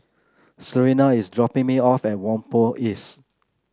Serena is dropping me off at Whampoa East